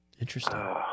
Interesting